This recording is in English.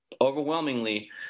Overwhelmingly